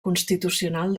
constitucional